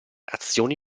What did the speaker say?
azioni